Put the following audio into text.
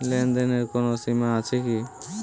লেনদেনের কোনো সীমা আছে কি?